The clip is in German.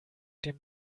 dem